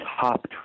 top